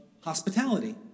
hospitality